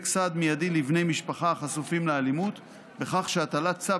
סעד מיידי לבני משפחה החשופים לאלימות בכך שהטלת צו